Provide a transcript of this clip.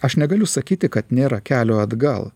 aš negaliu sakyti kad nėra kelio atgal